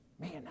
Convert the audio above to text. Man